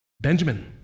Benjamin